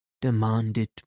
demanded